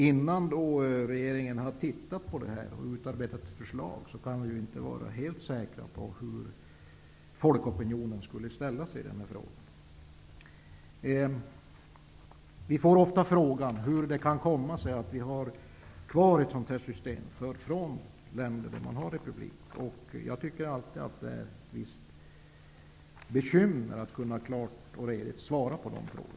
Innan regeringen har tittat på frågan och utarbetat förslag kan vi inte vara helt säkra på hur folk skulle ställa sig i denna fråga. Vi får ofta frågan från sådana som kommer från länder som är republiker hur det kan komma sig att vi har kvar ett sådant här system. Jag tycker alltid att det är bekymmersamt att klart och redigt kunna svara på frågan.